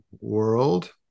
World